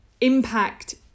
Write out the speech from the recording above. Impact